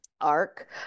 arc